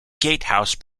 gatehouse